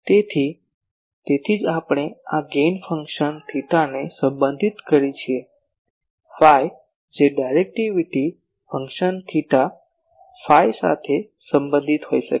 તેથી તેથી જ આપણે આ ગેઇન ફંક્શન થેટાને સંબંધિત કરીએ છીએ phi જે ડાયરેક્ટિવિટી ફંક્શન થીટા ફી સાથે સંબંધિત હોઈ શકે